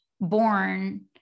born